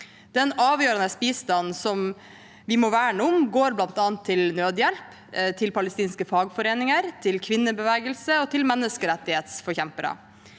en avgjørende bistand som vi må verne om, og den går bl.a. til nødhjelp, til palestinske fagforeninger, til kvinnebevegelse og til menneskerettighetsforkjempere.